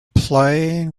playing